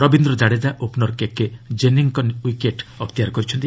Rabindra Jadeja opener କେକେ ଜେନିଙ୍ଗ୍ଙ୍କ wicket ଅକ୍ତିଆର କରିଛନ୍ତି